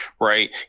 right